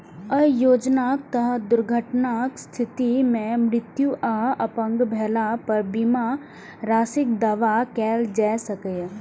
अय योजनाक तहत दुर्घटनाक स्थिति मे मृत्यु आ अपंग भेला पर बीमा राशिक दावा कैल जा सकैए